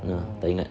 tak ingat